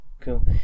Cool